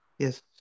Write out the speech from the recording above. Yes